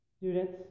students